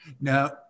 Now